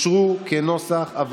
אתה לא מסכם את הדיון?